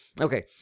Okay